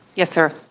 yes, sir.